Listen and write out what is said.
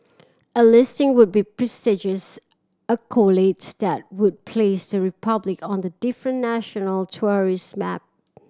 a listing would be a prestigious accolade that would place the Republic on a different national tourist map